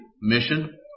mission